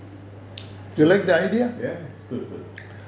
true true ya it's good good